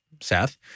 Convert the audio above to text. Seth